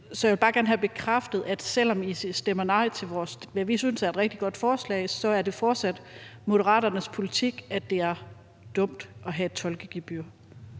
Så jeg vil bare gerne have bekræftet, at selv om I stemmer nej til det, som vi synes er et rigtig godt forslag, så er det fortsat Moderaternes politik, at det er dumt at have et tolkegebyr.